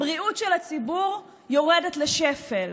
הבריאות של הציבור יורדת לשפל.